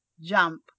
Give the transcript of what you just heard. jump